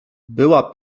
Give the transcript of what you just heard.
była